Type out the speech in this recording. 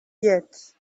yet